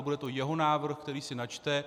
Ale bude to jeho návrh, který si načte.